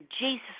Jesus